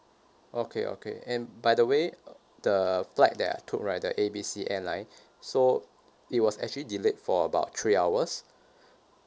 okay okay and by the way the flight that I took right the A B C airline so it was actually delayed for about three hours